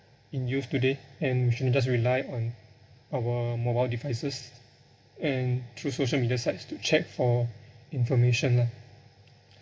in youth today and we shouldn't just rely on our mobile devices and through social media sites to check for information lah